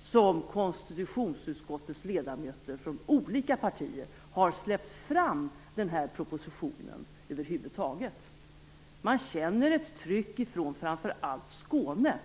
som konstitutionsutskottets ledamöter från olika partier över huvud taget har släppt fram denna proposition. Man känner ett tryck från framför allt Skåne.